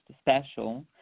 special